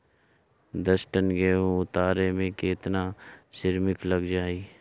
दस टन गेहूं उतारे में केतना श्रमिक लग जाई?